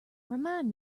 remind